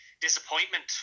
disappointment